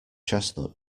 chestnut